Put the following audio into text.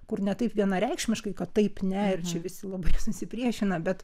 kur ne taip vienareikšmiškai kad taip ne ir čia visi labai susipriešina bet